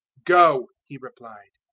go, he replied.